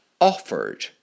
offered